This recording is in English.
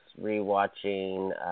re-watching